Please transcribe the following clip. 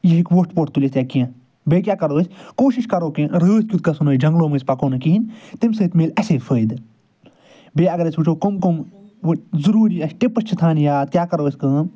یہِ ہیٚکہِ وۄٹھ پۄٹھ تُلِتھ یا کیٚنٛہہ بیٚیہِ کیٛاہ کَرو أسۍ کوٗشش کَرو کہِ راتھ کیُتھ گژھو نہٕ أسۍ جنٛگلو مٔنٛزۍ پکو نہٕ کِہینۍ تَمہِ سۭتۍ مِلہِ اَسے فٲیدٕ بیٚیہِ اگر أسۍ وٕچھو کُم کُم وۄنۍ ضٔروری اَسہِ ٹِپٕس چھِ تھاونہِ یاد کیٛاہ کرو أسۍ کٲم